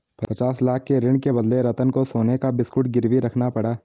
पचास लाख के ऋण के बदले रतन को सोने का बिस्कुट गिरवी रखना पड़ा